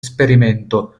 esperimento